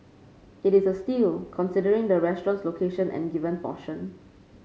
it is a steal considering the restaurant's location and the given portion